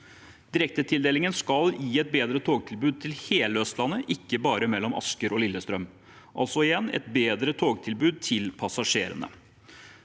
Direktetildelingen skal gi et bedre togtilbud til hele Østlandet, ikke bare mellom Asker og Lillestrøm, altså igjen: et bedre togtilbud til passasjerene.